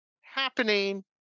happening